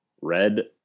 red